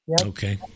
Okay